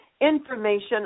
information